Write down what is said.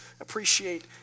appreciate